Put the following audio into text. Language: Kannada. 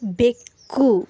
ಬೆಕ್ಕು